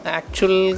actual